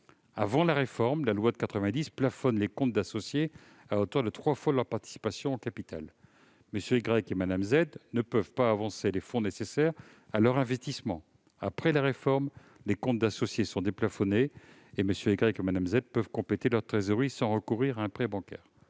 du 31 décembre 1990 plafonne les comptes d'associés à hauteur de trois fois leur participation au capital : M. Y et Mme Z ne peuvent donc pas avancer les fonds nécessaires à leur investissement. Après la réforme, les comptes d'associés sont déplafonnés : M. Y et Mme Z peuvent compléter leur trésorerie sans recourir à un prêt bancaire.